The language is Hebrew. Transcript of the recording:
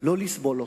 לא לסבול אותו,